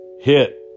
hit